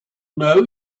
know